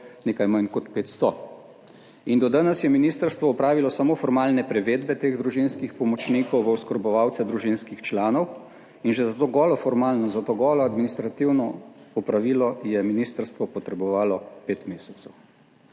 nekaj manj kot 500. In do danes je ministrstvo opravilo samo formalne prevedbe teh družinskih pomočnikov v oskrbovalce družinskih članov in že za to golo formalnost, za to golo administrativno opravilo je ministrstvo potrebovalo pet mesecev.